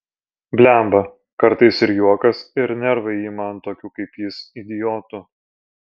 blemba kartais ir juokas ir nervai ima ant tokių kaip jis idiotų